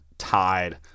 Tied